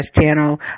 channel